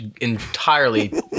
entirely